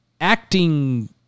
acting